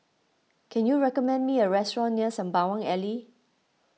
can you recommend me a restaurant near Sembawang Alley